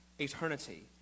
eternity